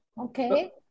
Okay